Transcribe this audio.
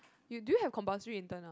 you do you have compulsory intern ah